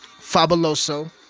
Fabuloso